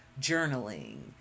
journaling